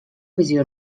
visió